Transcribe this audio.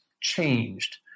changed